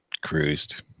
cruised